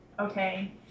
Okay